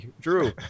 Drew